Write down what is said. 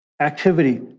activity